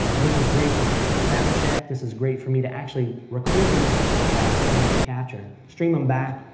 ah this is great for virtual sound check, this is great for me to actually record my tracks into capture, stream them back,